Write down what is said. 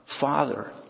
Father